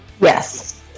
Yes